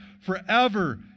forever